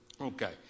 Okay